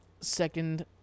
second